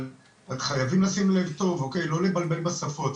אבל חייבים לשים לב טוב, לא לבלבל בשפות.